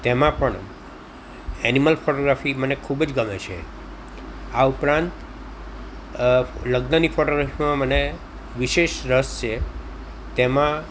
તેમાં પણ animal photography મને ખૂબ જ ગમે છે આ ઉપરાંત લગ્નની ફોટોગ્રાફીમાં મને વિશેષ રસ છે તેમાં